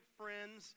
friends